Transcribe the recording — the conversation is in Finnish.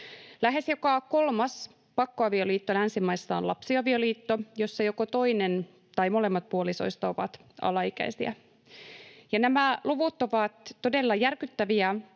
Lähes joka kolmas pakkoavioliitto länsimaissa on lapsiavioliitto, jossa joko toinen tai molemmat puolisoista ovat alaikäisiä. Nämä luvut ovat todella järkyttäviä